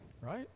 right